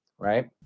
Right